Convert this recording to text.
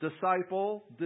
Disciple